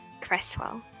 Cresswell